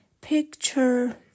Picture